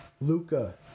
Luca